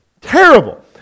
Terrible